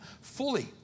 fully